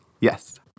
Yes